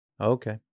okay